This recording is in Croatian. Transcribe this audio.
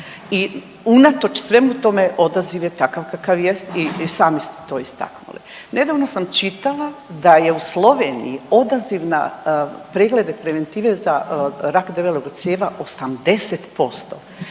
i unatoč svemu tome, odaziv je takav kakav jest, i sami ste to istaknuli. Nedavno sam čitala da je u Sloveniji odaziv na preglede preventive za rak debelog crijeva 80%,